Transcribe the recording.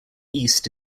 east